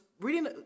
reading